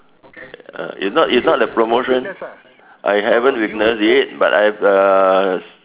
uh it's not it's not a promotion I haven't witnessed it but I've uh